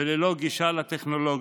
וללא גישה לטכנולוגיה.